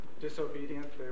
disobedient